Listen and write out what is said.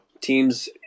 teams